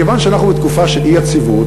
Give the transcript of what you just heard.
מכיוון שאנחנו בתקופה של אי-יציבות,